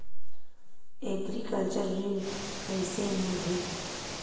Agriculture ऋण कइसे मिलही?